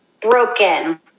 broken